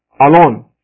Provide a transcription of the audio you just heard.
alone